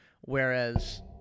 whereas